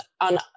on